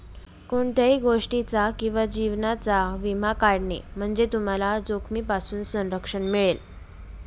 कोणत्याही गोष्टीचा किंवा जीवनाचा विमा काढणे म्हणजे तुम्हाला जोखमीपासून संरक्षण मिळेल